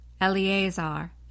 Eleazar